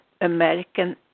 American